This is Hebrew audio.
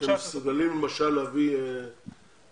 שאתם מסוגלים, למשל, להביא תרומות